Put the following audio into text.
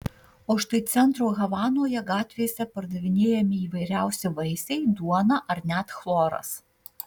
o štai centro havanoje gatvėse pardavinėjami įvairiausi vaisiai duona ar net chloras